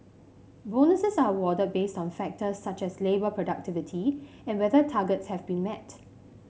bonuses are awarded based on factors such as labour productivity and whether targets have been met